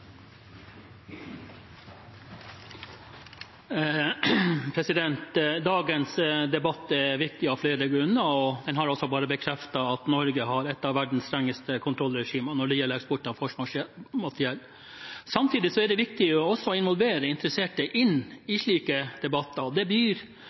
Dagens debatt er viktig av flere grunner, og den har bare bekreftet at Norge har et av verdens strengeste kontrollregimer når det gjelder eksport av forsvarsmateriell. Samtidig er det viktig å involvere interesserte inn